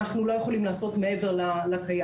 אנחנו לא יכולים לעשות מעבר לקיים.